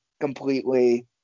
completely